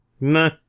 No